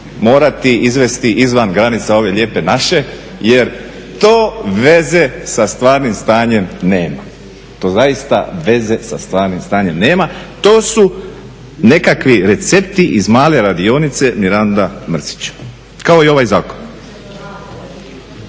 morati izvesti izvan granica ove lijepa naše jer to veze sa stvarnim stanjem nema, to zaista veze sa stvarnim stanjem nema, to su nekakvi recepti iz male radionice Miranda Mrsića, kao i ovaj zakon.